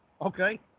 okay